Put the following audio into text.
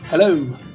Hello